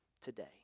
today